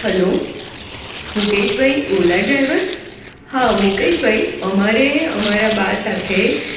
hello Mukeshbhai Ola driver હા મુકેશભાઈ અમારે અમારાં બા સાથે